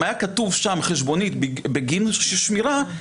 אם היה כתוב שם חשבונית בגין שמירה,